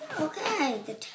okay